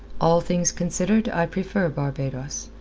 all things considered i prefer barbados.